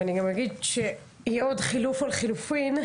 ואני גם אגיד שיהיה עוד חילוף על חילופין,